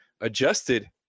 adjusted